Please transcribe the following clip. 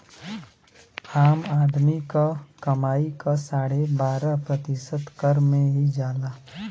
आम आदमी क कमाई क साढ़े बारह प्रतिशत कर में ही जाला